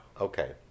Okay